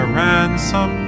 ransom